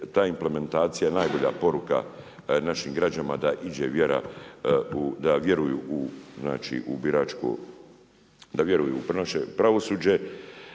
ta implementacija najbolja poruka našim građanima da vjeruju u znači, da vjeruju u naše pravosuđe.